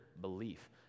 belief